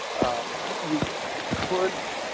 you could